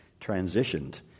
transitioned